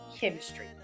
chemistry